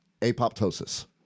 apoptosis